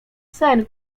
sen